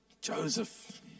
Joseph